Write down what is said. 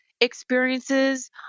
experiences